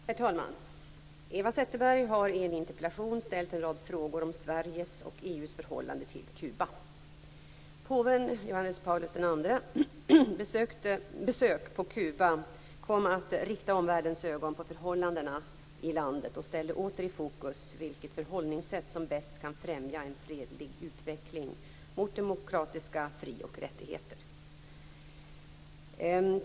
Herr talman! Eva Zetterberg har i en interpellation ställt en rad frågor om Sveriges och EU:s förhållande till Kuba. Påven Johannes Paulus II:s besök på Kuba kom att rikta omvärldens ögon på förhållandena i landet och ställde åter i fokus vilket förhållningssätt som bäst kan främja en fredlig utveckling mot demokratiska fri och rättigheter.